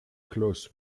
klaus